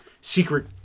secret